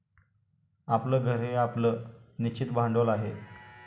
आपलं घर हे आपलं निश्चित भांडवल आहे